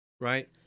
Right